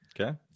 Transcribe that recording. Okay